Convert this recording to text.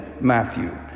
Matthew